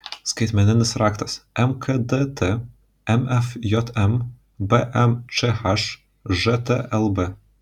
skaitmeninis raktas mkdt mfjm bmčh žtlb